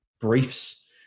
briefs